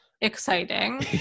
exciting